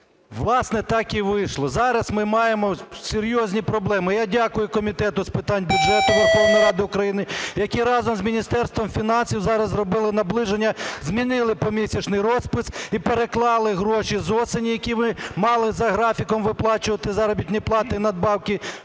Власне, так і вийшло. Зараз ми маємо серйозні проблеми. Я дякую Комітету з питань бюджету Верховної Ради України, який разом з Міністерством фінансів зараз зробили наближення, змінили помісячний розпис і переклали гроші з осені, які ми мали за графіком виплачувати, заробітні плати і надбавки